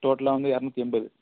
டோட்டலாக வந்து இரநூத்து எண்பது